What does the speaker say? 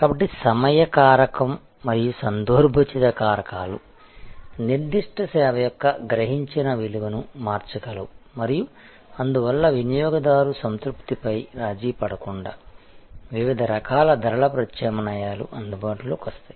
కాబట్టి సమయ కారకం మరియు సందర్భోచిత కారకాలు నిర్దిష్ట సేవ యొక్క గ్రహించిన విలువను మార్చగలవు మరియు అందువల్ల వినియోగదారు సంతృప్తిపై రాజీ పడకుండా వివిధ రకాల ధరల ప్రత్యామ్నాయాలు అందుబాటులోకి వస్తాయి